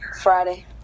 Friday